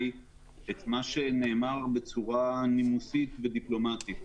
אולי את מה שנאמר בצורה נימוסית ודיפלומטית.